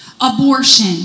abortion